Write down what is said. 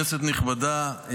כנסת נכבדה,